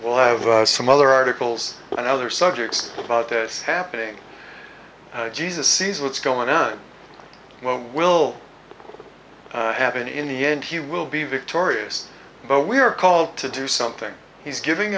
will have some other articles and other subjects about this happening jesus sees what's going on what will happen in the end he will be victorious but we are called to do something he's giving